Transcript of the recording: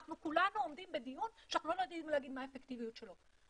אנחנו כולנו עומדים בדיון שאנחנו לא יודעים להגיד מה האפקטיביות שלו.